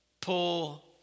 pull